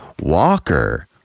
Walker